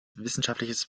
wissenschaftliches